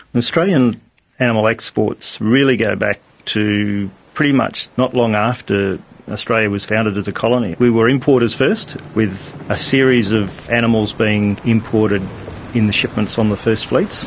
australian animal exports really go back to pretty much not long after australia was founded as a colony. we were importers first, with a series of animals being imported in the shipments on the first fleet.